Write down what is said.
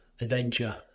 adventure